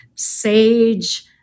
sage